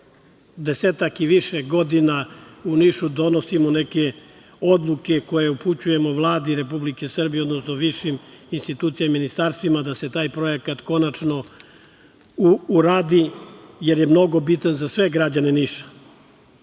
desetak i više godina u Nišu donosimo neke odluke koje upućujemo Vladi Republike Srbije, odnosno višim institucijama i ministarstvima da se taj projekta konačno uradi, jer je mnogo bitan za sve građane